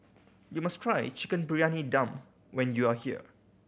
you must try Chicken Briyani Dum when you are here